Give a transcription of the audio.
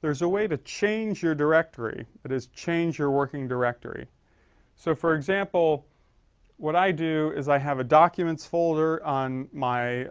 there's a way to change your directory but is change your working directory so for example what i do is i have a documents folder on my